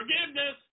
forgiveness